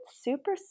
super